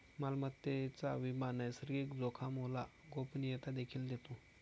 मालमत्तेचा विमा नैसर्गिक जोखामोला गोपनीयता देखील देतो